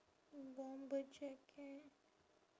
bomber jacket